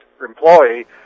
employee